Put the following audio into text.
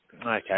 Okay